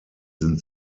sind